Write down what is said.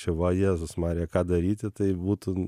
čia va jėzus marija ką daryti tai būtų